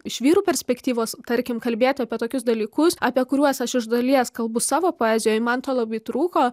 iš vyrų perspektyvos tarkim kalbėti apie tokius dalykus apie kuriuos aš iš dalies kalbu savo poezijoj man to labai trūko